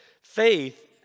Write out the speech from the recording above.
Faith